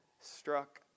Struck